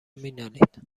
مینالید